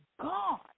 God